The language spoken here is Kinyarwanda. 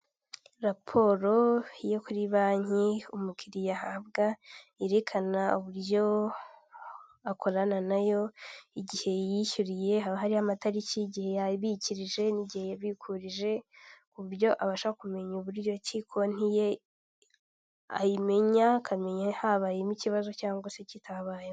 Ikinyabiziga k'ibinyamitende kikoreye kigaragara cyakorewe mu Rwanda n'abagabo batambuka muri iyo kaburimbo n'imodoka nyinshi ziparitse zitegereje abagenzi.